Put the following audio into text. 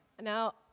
Now